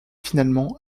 finalement